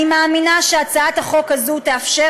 אני מאמינה שהצעת החוק הזאת תאפשר